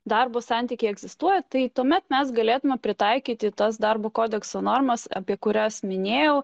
darbo santykiai egzistuoja tai tuomet mes galėtumėme pritaikyti tas darbo kodekso normas apie kurias minėjau